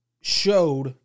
showed